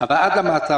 עד למעצר,